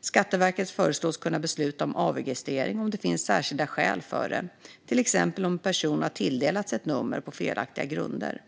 Skatteverket föreslås kunna besluta om avregistrering om det finns särskilda skäl för detta, till exempel om en person har tilldelats ett nummer på felaktiga grunder.